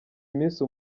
iminsi